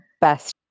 best